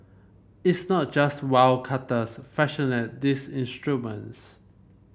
it's not just wildcatters fashioning these instruments